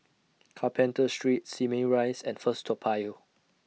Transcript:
Carpenter Street Simei Rise and First Toa Payoh